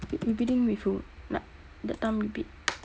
we bidding with who like that time we bid